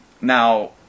Now